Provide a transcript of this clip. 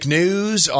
news